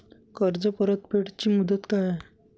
कर्ज परतफेड ची मुदत काय आहे?